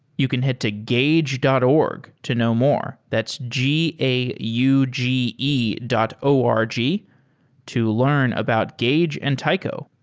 you can head to gauge dot org to know more. that's g a u g e o r g to learn about gauge and taico,